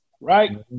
right